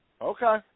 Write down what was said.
Okay